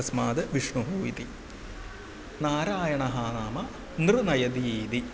तस्माद् विष्णुः इति नारायणः नाम नृ नयती इति